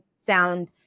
sound